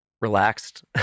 relaxed